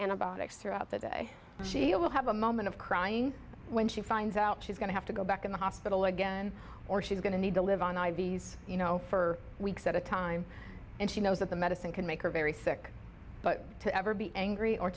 antibiotics throughout the day but she'll have a moment of crying when she finds out she's going to have to go back in the hospital again or she's going to need to live on i v s you know for weeks at a time and she knows that the medicine can make her very sick but to ever be angry or